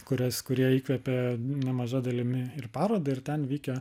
kurias kurie įkvėpė nemaža dalimi ir parodą ir ten vykę